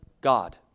god